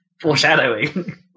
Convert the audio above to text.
Foreshadowing